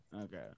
Okay